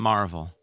Marvel